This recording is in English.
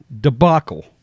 debacle